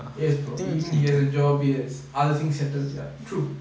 yes bro he has a job he has other things settled ya true